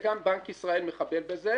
וגם בנק ישראל מחבל בזה,